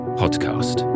podcast